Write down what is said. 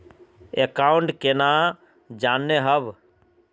Account केना जाननेहव?